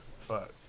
Fuck